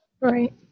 Right